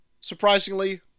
surprisingly